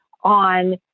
on